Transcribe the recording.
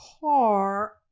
car